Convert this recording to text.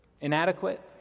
Inadequate